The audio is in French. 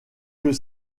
que